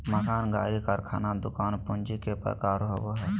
मकान, गाड़ी, कारखाना, दुकान पूंजी के प्रकार होबो हइ